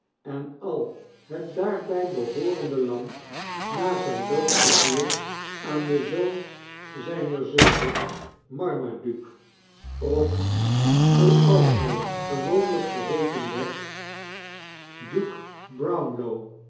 en al het daarbij behoorende land na zyn dood verviel aan den zoon zjjner zuster marmaduke of zooals hjj gewoonjuffrouw lirriper en hare commensalen lijk geheeten werd duke